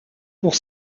pour